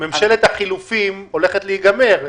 ממשלת החילופים הולכת להיגמר.